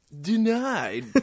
Denied